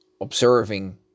observing